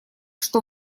что